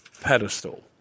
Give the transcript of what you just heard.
Pedestal